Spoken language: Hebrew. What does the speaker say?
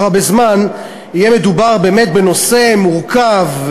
הרבה זמן יהיה מדובר באמת בנושא מורכב,